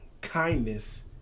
kindness